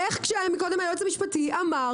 איך, כשהיועץ המשפטי אמר